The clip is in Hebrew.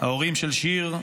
ההורים של שיר,